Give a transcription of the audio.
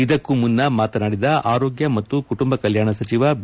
ಇದಕ್ಕೂ ಮುನ್ನ ಮಾತನಾಡಿದ ಆರೋಗ್ಯ ಮತ್ತು ಕುಟುಂಬ ಕಲ್ಯಾಣ ಸಚಿವ ಬಿ